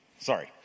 Sorry